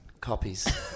copies